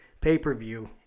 pay-per-view